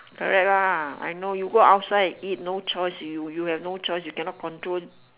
correct lah I know you go outside eat no choice you you have no choice you cannot control